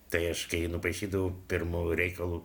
tai aš kai nupaišydavau pirmu reikalu